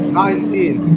nineteen